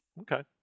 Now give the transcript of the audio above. Okay